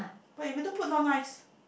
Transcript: but if you don't put not nice